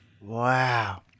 Wow